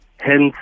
hence